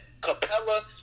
Capella